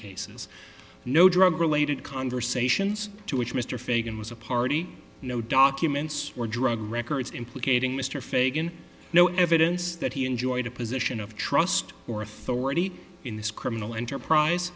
cases no drug related conversations to which mr fagan was a party no documents or drug records implicating mr fagan no evidence that he enjoyed a position of trust or authority in this criminal enterprise